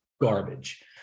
garbage